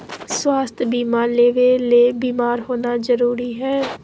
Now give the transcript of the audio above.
स्वास्थ्य बीमा लेबे ले बीमार होना जरूरी हय?